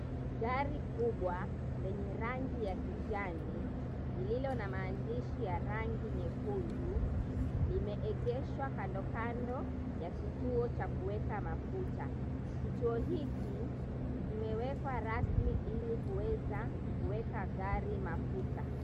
Gari kubwa lenye rangi ya kijani lililo na maandishi ya rangi nyekundu, limeegeshwa kandokando ya kituo cha kuweka mafuta. Kituo hiki kimewekwa rasmi ili kuweza kuweka gari mafuta.